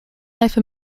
life